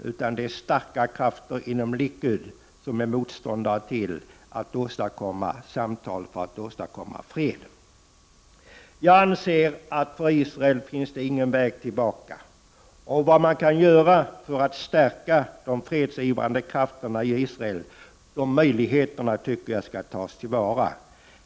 Det är starka krafter inom Likud som är motståndare till samtal för att man skall åstadkomma fred. Jag anser att det för Israel inte finns någon väg tillbaka. Och de möjligheter som finns för att stärka de fredsivrande krafterna tycker jag skall tas till vara.